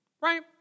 right